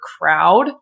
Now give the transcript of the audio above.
crowd